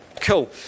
Cool